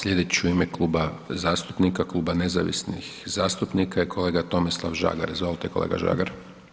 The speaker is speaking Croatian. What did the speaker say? Slijedeći u ime Kluba zastupnika, Kluba nezavisnih zastupnika je kolega Tomislav Žagar, izvolite kolega Žagar.